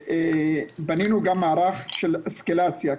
בנינו גם מערך של אסקלציה,